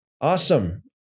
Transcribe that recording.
Awesome